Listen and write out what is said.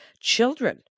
Children